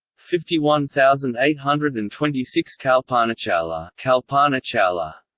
fifty one thousand eight hundred and twenty six kalpanachawla kalpanachawla